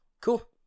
Cool